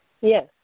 Yes